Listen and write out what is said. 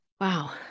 Wow